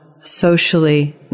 socially